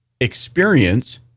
experience